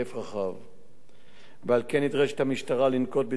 ועל כן נדרשת המשטרה לנקוט זהירות רבה